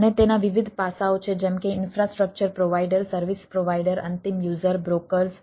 અને તેના વિવિધ પાસાઓ છે જેમ કે ઇન્ફ્રાસ્ટ્રક્ચર પ્રોવાઈડર સર્વિસ પ્રોવાઈડર અંતિમ યુઝર બ્રોકર્સ